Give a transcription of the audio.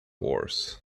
oars